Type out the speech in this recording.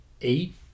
eight